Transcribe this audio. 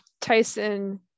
Tyson